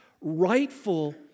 rightful